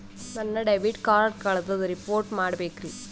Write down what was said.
ನನ್ನ debit card ಕಳ್ದದ report ಮಾಡಬೇಕ್ರಿ